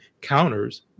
counters